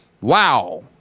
wow